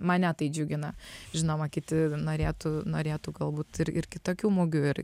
mane tai džiugina žinoma kiti norėtų norėtų galbūt ir ir kitokių mugių ir